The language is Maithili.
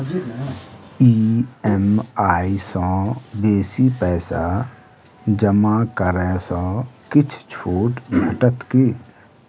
ई.एम.आई सँ बेसी पैसा जमा करै सँ किछ छुट भेटत की?